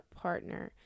partner